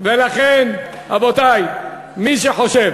לכן, רבותי, מי שחושב